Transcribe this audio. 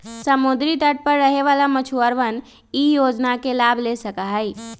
समुद्री तट पर रहे वाला मछुअरवन ई योजना के लाभ ले सका हई